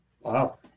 Wow